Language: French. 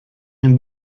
une